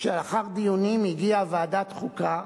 שלאחר דיונים הגיעה ועדת החוקה,